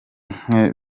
nke